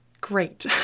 great